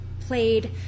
played